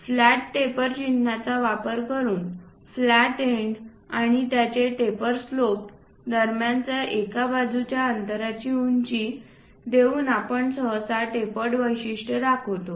flat taper चिन्हाचा वापर करून फ्लॅट एन्ड आणि त्यांचे टेपर स्लोप दरम्यानच्या एका बाजूच्या अंतरांची उंची देऊन आपण सहसा टेपर्ड वैशिष्ट्य दाखवतो